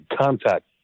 contact